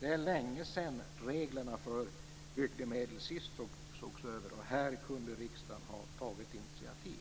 Det är länge sedan reglerna för bygdemedel senast sågs över, och riksdagen kunde här ha tagit ett initiativ,